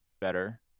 better